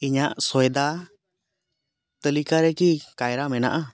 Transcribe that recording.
ᱤᱧᱟᱹᱜ ᱥᱚᱭᱫᱟ ᱛᱟᱹᱞᱤᱠᱟ ᱨᱮᱠᱤ ᱠᱟᱭᱨᱟ ᱢᱮᱱᱟᱜᱼᱟ